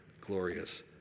glorious